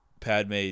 Padme